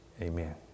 Amen